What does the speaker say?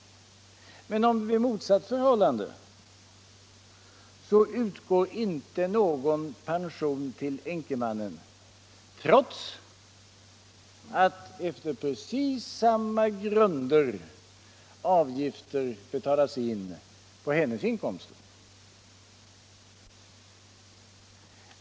Vid motsatt förhållande utgår inte någon pension till änkemannen, trots att efter precis samma grunder avgifter betalats in på hennes inkomster.